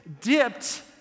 dipped